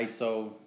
ISO